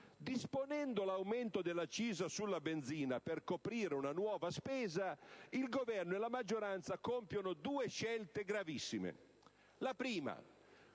Disponendo l'aumento dell'accisa sulla benzina per coprire una nuova spesa, il Governo e la maggioranza compiono due scelte gravissime: